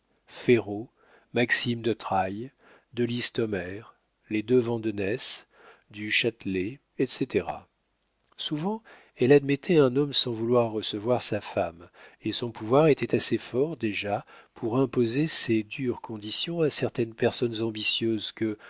ferraud maxime de trailles de listomère les deux vandenesse du châtelet etc souvent elle admettait un homme sans vouloir recevoir sa femme et son pouvoir était assez fort déjà pour imposer ces dures conditions à certaines personnes ambitieuses telles que